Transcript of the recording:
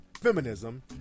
feminism